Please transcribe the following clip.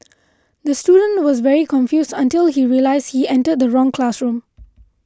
the student was very confused until he realised he entered the wrong classroom